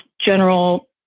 general